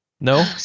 No